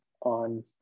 on